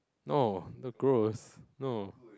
no the gross no